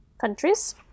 countries